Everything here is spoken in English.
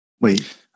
Wait